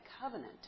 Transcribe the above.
covenant